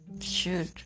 Shoot